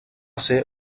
ser